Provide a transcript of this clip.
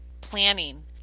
planning